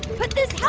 put this